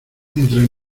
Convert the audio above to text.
entre